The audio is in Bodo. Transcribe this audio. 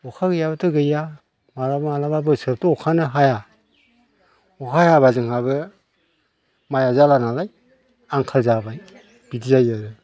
अखा गैयाब्लाथ' गैया माब्लाबा माब्लाबा बोसोरावथ' अखायानो हाया अखा हायाब्ला जोंहाबो माइआ जाला नालाय आंखाल जाबाय बिदि जायो आरो